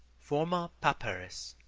forma pauperis.